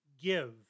give